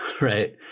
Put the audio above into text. right